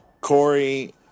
Corey